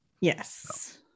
Yes